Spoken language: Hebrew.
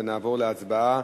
ונעבור להצבעה